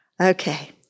Okay